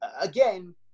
again